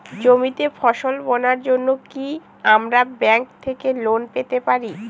জমিতে ফসল বোনার জন্য কি আমরা ব্যঙ্ক থেকে লোন পেতে পারি?